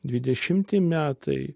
dvidešimti metai